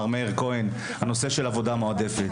מר מאיר כהן בנושא של עבודה מעודפת,